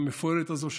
המפוארת הזו,